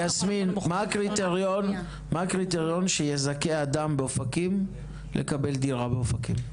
מה הקריטריון שיזכה אדם באופקים לקבל דירה באופקים?